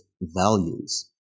values